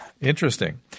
Interesting